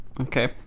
okay